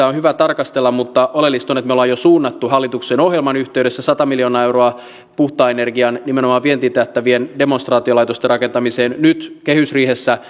on hyvä tarkastella mutta oleellista on että me olemme jo suunnanneet hallituksen ohjelman yhteydessä sata miljoonaa euroa puhtaan energian nimenomaan vientiin tähtäävien demonstraatiolaitosten rakentamiseen nyt kehysriihessä